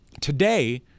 Today